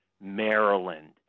Maryland